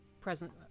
present